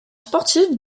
sportifs